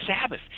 Sabbath